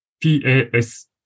P-A-S